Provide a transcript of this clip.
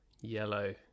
Yellow